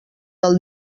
del